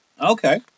Okay